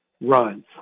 runs